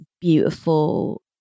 beautiful